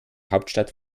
hauptstadt